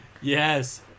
Yes